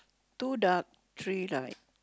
two dark three light